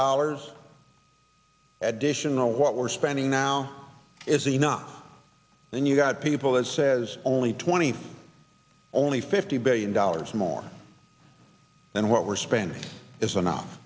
dollars additional what we're spending now is enough and you've got people that says only twenty only fifty billion dollars more than what we're spending is